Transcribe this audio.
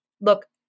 look